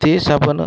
ते साबण